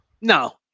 No